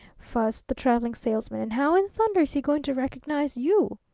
fussed the traveling salesman. and how in thunder is he going to recognize you?